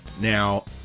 Now